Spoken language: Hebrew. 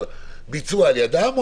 אבל ביצוע על ידם,